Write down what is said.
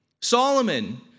Solomon